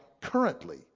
currently